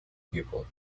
people